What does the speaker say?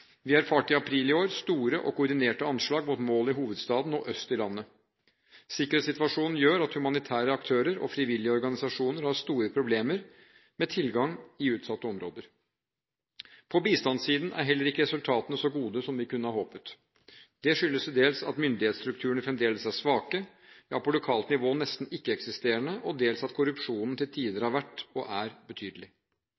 Vi erfarte i april i år store og koordinerte anslag mot mål i hovedstaden og øst i landet. Sikkerhetssituasjonen gjør at humanitære aktører og frivillige organisasjoner har store problemer med tilgang i utsatte områder. På bistandssiden er heller ikke resultatene så gode som vi kunne ha håpet. Det skyldes dels at myndighetsstrukturene fremdeles er svake – ja, på lokalt nivå nesten ikke-eksisterende – og dels at korrupsjonen til tider